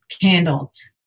candles